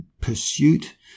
pursuit